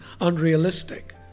unrealistic